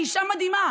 היא אישה מדהימה,